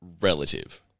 relative